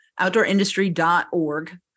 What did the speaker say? outdoorindustry.org